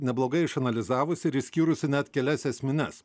neblogai išanalizavusi ir išskyrusi net kelias esmines